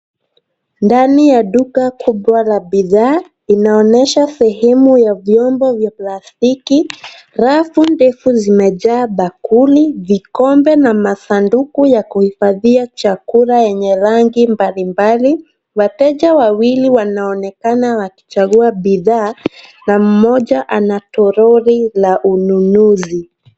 Ndani ya duka kubwa la bidhaa, inaonyesha sehemu ya vyombo vya plastiki. Rafu ndefu zimejaa bakuli, vikombe, na masanduku ya kuhifadhia chakula yenye rangi mbalimbali. Wateja wawili wanaonekana wakichagua bidhaa na mmoja ana toroli la ununuzi.